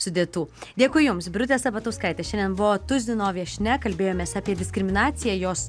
sudėtų dėkui jums birutė sabatauskaitė šiandien buvo tuzino viešnia kalbėjomės apie diskriminaciją jos